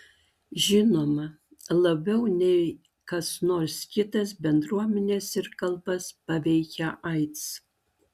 žinoma labiau nei kas nors kitas bendruomenes ir kalbas paveikia aids